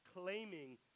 claiming